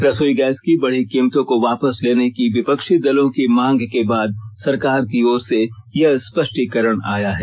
रसोई गैस की बढी कीमतों को वापस लेने की विपक्षी दलों की मांग के बाद सरकार की ओर से यह स्पष्टीकरण आया है